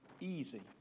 Easy